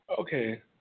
Okay